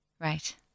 Right